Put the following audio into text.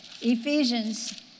Ephesians